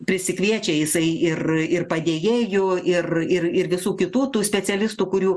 prisikviečia jisai ir ir padėjėjų ir ir ir visų kitų tų specialistų kurių